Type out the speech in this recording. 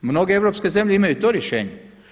Mnoge europske zemlje imaju i to rješenje.